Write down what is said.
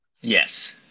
Yes